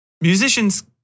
Musicians